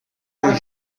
elle